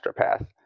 Astropath